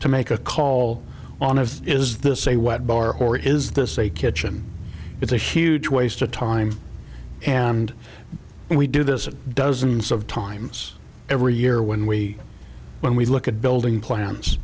to make a call on of is this a wet bar or is this a kitchen it's a huge waste of time and we do this it dozens of times every year when we when we look at